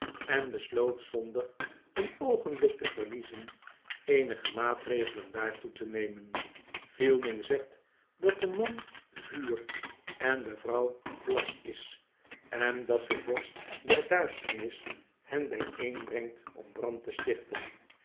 en besloot zonder een oogenblik te verliezen eenige maatregelen daartoe te nemen fielding zegt dat de man vuur en de vrouw vlas is en dat de vorst der duisternis hen bijeenbrengt om brand te stichten